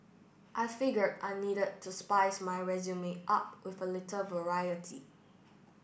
I figured I needed to spice my resume up with a little variety